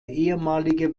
ehemalige